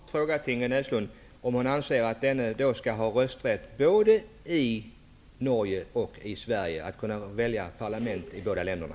Herr talman! Jag har en kort fråga till Ingrid Näslund: Anser Ingrid Näslund att vederbörande skall ha rösträtt både i Norge och i Sverige? Skall han kunna rösta i parlamentsvalen i båda länderna?